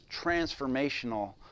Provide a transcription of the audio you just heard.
transformational